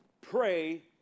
pray